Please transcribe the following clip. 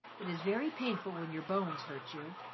it's very painful when your bones hurt you.